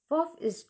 fourth is